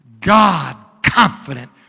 God-confident